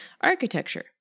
architecture